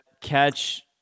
catch